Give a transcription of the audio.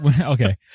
okay